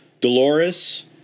Dolores